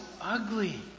ugly